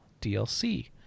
DLC